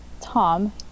Tom